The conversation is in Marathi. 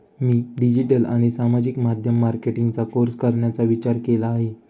मी डिजिटल आणि सामाजिक माध्यम मार्केटिंगचा कोर्स करण्याचा विचार केला आहे